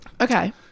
okay